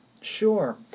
Sure